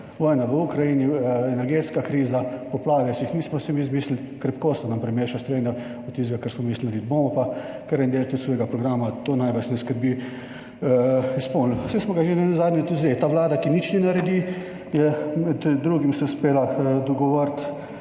vojna v Ukrajini, energetska kriza, poplave, si jih nismo sami izmislili, krepko se nam premešali štrene od tistega, kar smo mislili narediti. Bomo pa tudi kar en del svojega programa, to naj vas ne skrbi, izpolnili, saj smo ga že nenazadnje tudi zdaj. Ta vlada, ki nič ne naredi, se je med drugim uspela dogovoriti